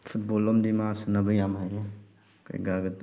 football ꯑꯃꯗꯤ ꯃꯥ ꯁꯥꯟꯅꯕ ꯌꯥꯝ ꯍꯩꯔꯦ ꯀꯩꯀꯥꯒ